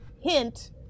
hint